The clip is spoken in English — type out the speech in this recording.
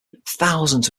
thousands